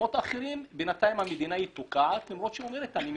במקומות אחרים בינתיים המדינה תוקעת למרות שהיא אומרת שהיא מתכננת.